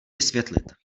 vysvětlit